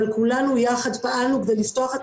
אבל כולנו יחד פעלנו כדי לפתוח את